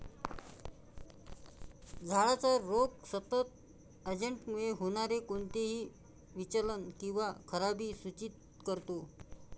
झाडाचा रोग सतत एजंटमुळे होणारे कोणतेही विचलन किंवा खराबी सूचित करतो